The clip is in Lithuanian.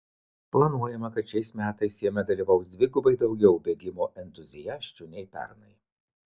planuojama kad šiais metais jame dalyvaus dvigubai daugiau bėgimo entuziasčių nei pernai